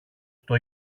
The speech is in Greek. στο